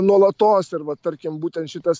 nuolatos ir vat tarkim būtent šitas